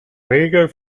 regel